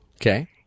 okay